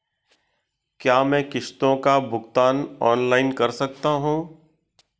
क्या मैं किश्तों का भुगतान ऑनलाइन कर सकता हूँ?